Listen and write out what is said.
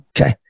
okay